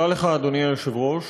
היושב-ראש.